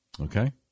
Okay